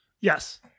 Yes